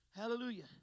Hallelujah